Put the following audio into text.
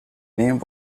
name